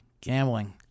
Gambling